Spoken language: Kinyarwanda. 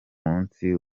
munsi